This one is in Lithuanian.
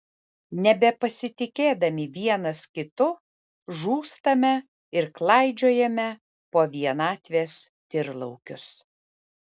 nebepasitikėdami vienas kitu žūstame ir klaidžiojame po vienatvės tyrlaukius